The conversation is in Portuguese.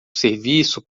serviço